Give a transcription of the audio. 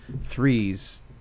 threes